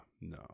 No